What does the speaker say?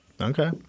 Okay